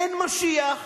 אין משיח,